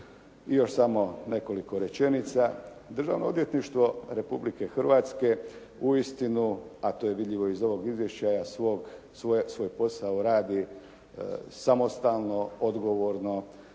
I još samo nekoliko rečenica. Državno odvjetništvo Republike Hrvatske uistinu, a to je vidljivo i iz ovog izvješća svoj posao radi samostalno, odgovorno.